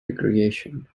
recreation